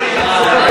רואה.